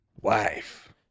wife